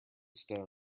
stone